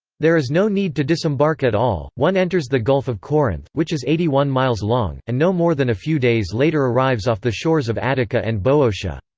there is no need to disembark at all one enters the gulf of corinth, which is eighty one miles long, and no more than a few days later arrives off the shores of attica and boeotia.